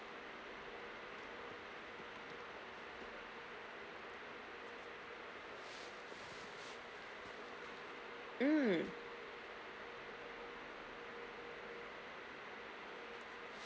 mm